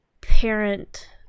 parent